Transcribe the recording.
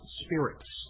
spirits